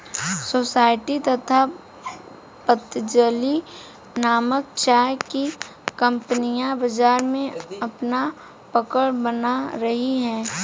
society तथा पतंजलि नामक चाय की कंपनियां बाजार में अपना पकड़ बना रही है